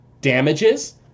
damages